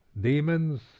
demons